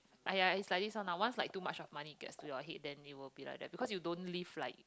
aiyah it's like this one lah once it's like too much of money gets to your head then it will be like that because you don't live like